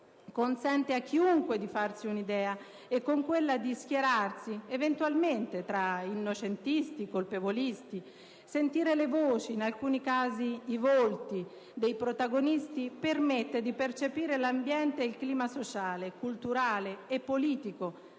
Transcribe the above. consente a chiunque di farsi un'idea e, con quella, di schierarsi eventualmente tra innocentisti e colpevolisti; sentire le voci e, in alcuni casi, i volti dei protagonisti permette di percepire l'ambiente ed il clima sociale, culturale e politico